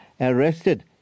arrested